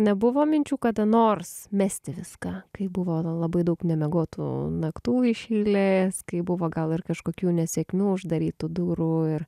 nebuvo minčių kada nors mesti viską kai buvo labai daug nemiegotų naktų iš eilės kai buvo gal ir kažkokių nesėkmių uždarytų durų ir